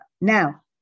Now